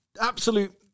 absolute